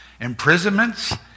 imprisonments